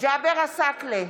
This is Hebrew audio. ג'אבר עסאקלה,